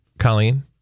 Colleen